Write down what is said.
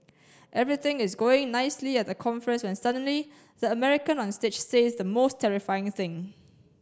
everything is going nicely at the conference when suddenly the American on stage says the most terrifying thing